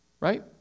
Right